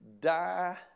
Die